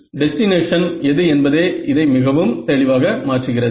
destination எது என்பதே இதை மிகவும் தெளிவாக மாற்றுகிறது